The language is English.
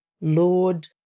Lord